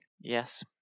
Yes